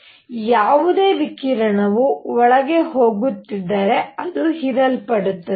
ಆದ್ದರಿಂದ ಯಾವುದೇ ವಿಕಿರಣವು ಒಳಗೆ ಹೋಗುತ್ತಿದ್ದರೆ ಅದು ಹೀರಲ್ಪಡುತ್ತದೆ